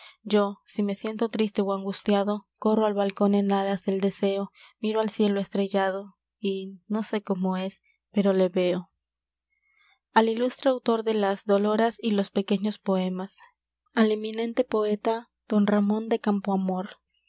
yo si me siento triste ó angustiado corro al balcon en alas del deseo miro al cielo estrellado y no sé cómo es pero le veo al ilustre autor de las doloras y los pequeños poemas al eminente poeta don ramón de